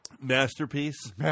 Masterpiece